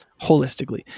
Holistically